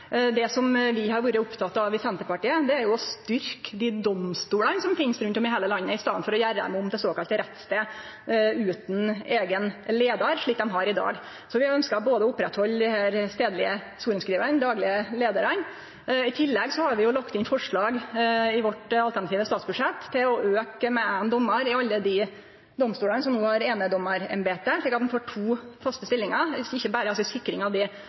Det som vi har vore opptekne av i Senterpartiet, er å styrkje dei domstolane som finst rundt om i heile landet, i staden for å gjere dei om til såkalla rettsstadar utan eigen leiar, slik dei har i dag, for vi ønskjer å halde fram med både dei stadlege sorenskrivarane og dei daglege leiarane. I tillegg har vi lagt inn forslag i vårt alternative statsbudsjett om å auke med ein dommar i alle dei domstolane som no har einedommarembete, slik at dei får to faste stillingar. Vi vil ikkje berre